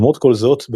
למרות כל זאת,